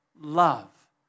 love